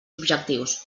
objectius